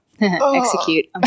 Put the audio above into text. execute